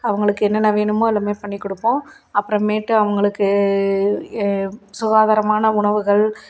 அவங்களுக்கு என்னென்ன வேணுமோ எல்லாமே பண்ணி கொடுப்போம் அப்புறமேட்டு அவங்களுக்கு சுகாதாரமான உணவுகள்